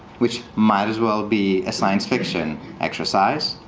which might as well be a science fiction exercise,